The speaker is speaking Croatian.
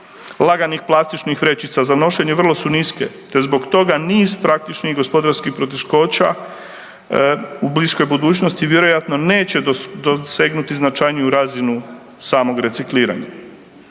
laganih plastičnih vrećica za nošenje vrlo su niske te zbog toga niz praktičnih gospodarskih poteškoća u bliskoj budućnosti vjerojatno neće dosegnuti značajniju razinu samog recikliranja.